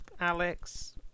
Alex